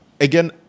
again